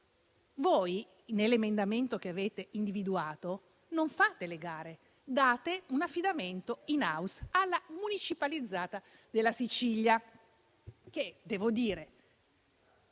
però: nell'emendamento che avete individuato non fate le gare, date un affidamento *in house* alla municipalizzata della Sicilia che - devo dire